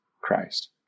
Christ